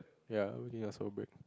ya break